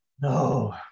No